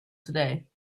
today